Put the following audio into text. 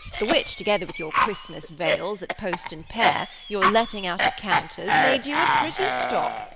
the which, together with your christmas vails at post-and-pair, your letting out of counters, made you a pretty stock,